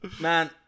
man